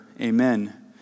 Amen